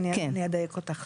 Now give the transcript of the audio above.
אני אדייק אותך.